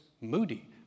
moody